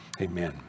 Amen